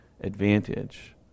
advantage